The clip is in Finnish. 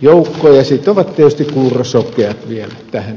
joukko ja sitten ovat tietysti kuurosokeat vielä tähän lisäksi